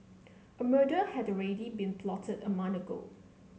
a murder had already been plotted a month ago